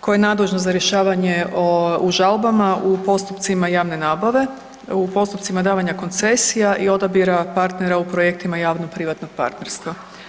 koje je nadležno za rješavanje u žalbama u postupcima javne nabave, u postupcima davanja koncesija i odabira partnera u projektima javno-privatnog partnerstva.